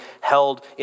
held